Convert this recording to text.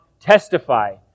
testify